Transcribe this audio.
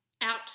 out